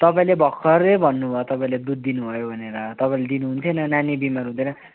तपाईँले भर्खरै भन्नुभयो तपाईँले दुध दिनुभयो भनेर तपाईँले दिनु हुन्थेन नानी बिमार हुँदैन